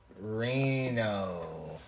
Reno